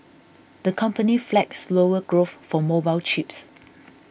the company flagged slower growth for mobile chips